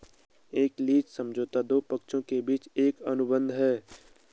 एक लीज समझौता दो पक्षों के बीच एक अनुबंध है